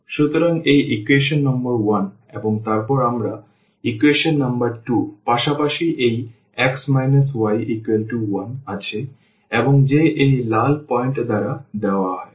সুতরাং এই equation number 1 এবং তারপর আমরা ইকুয়েশন নম্বর 2 পাশাপাশি এই x y1 আছে এবং যে এই লাল পয়েন্ট দ্বারা দেওয়া হয়